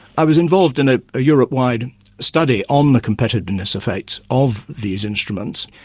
i was involved in a europe-wide study on the competitiveness effects of these instruments,